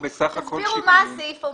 תסבירו מה אומר הסעיף.